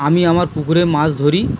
আমি আমার পুকুরে মাছ ধরি